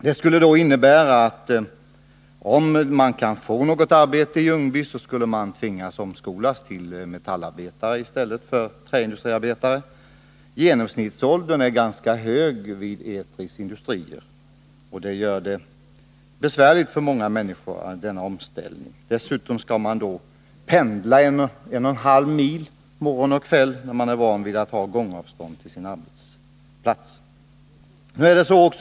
Detta skulle innebära att om man kan få något arbete i Ljungby tvingas man omskola sig till metallarbetare i stället för träindustriarbetare. Genomsnittsåldern är ganska hög vid Etris industrier, och det blir därför besvärligt för många människor med en sådan omställning. Dessutom skall man pendla en och en halv mil morgon och kväll efter att nu ha varit van vid att ha gångavstånd till sin arbetsplats.